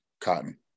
Cotton